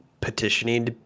petitioning